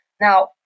Now